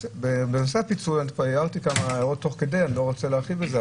בנושא הפיצול כבר הערתי כמה הערות ואני לא רוצה להרחיב על זה,